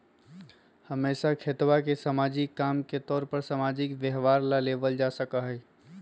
हमेशा खेतवा के सामाजिक काम के तौर पर सामाजिक व्यवहार ला लेवल जा सका हई